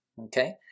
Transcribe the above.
okay